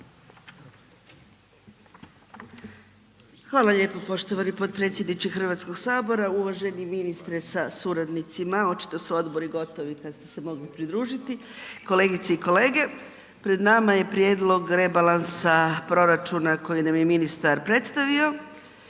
Hvala lijepo poštovani potpredsjedniče Hrvatskog sabora, uvaženi ministre sa suradnicima, očito su odbori gotovi kad ste se mogli pridružiti, kolegice i kolege. Pred nama je prijedlog rebalansa proračuna kojeg nam je ministar predstavio